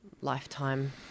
lifetime